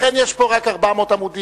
לכן יש פה רק 400 עמודים.